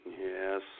Yes